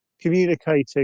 communicating